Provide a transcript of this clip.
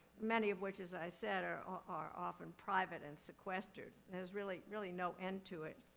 many of which as i said are are often private and sequestered. there's really really no end to it,